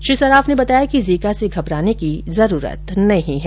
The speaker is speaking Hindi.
श्री सर्राफ ने बताया कि जीका से घबराने की जरूरत नहीं है